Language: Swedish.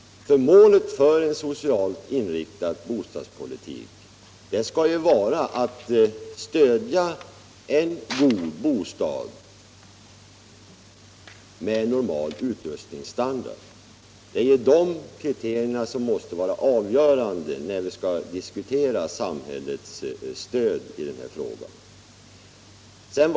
Målet för en socialt inriktad bostadspolitik skall ju vara att främja en god bostad med normal utrustningsstandard. Det är de kriterierna som måste vara avgörande när vi skall diskutera samhällets stöd i det här avseendet.